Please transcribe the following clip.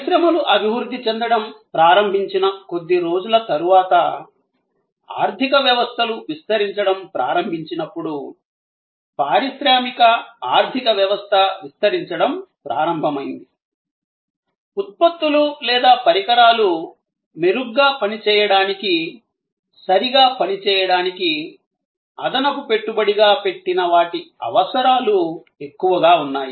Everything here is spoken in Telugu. పరిశ్రమలు అభివృద్ధి చెందడం ప్రారంభించిన కొద్దిరోజుల తరువాత ఆర్థిక వ్యవస్థలు విస్తరించడం ప్రారంభించినప్పుడు పారిశ్రామిక ఆర్థిక వ్యవస్థ విస్తరించడం ప్రారంభమైంది ఉత్పత్తులు లేదా పరికరాలు మెరుగ్గా పనిచేయడానికి సరిగా పనిచేయడానికి అదనపు పెట్టుబడిగా పెట్టినవాటి అవసరాలు ఎక్కువగా ఉన్నాయి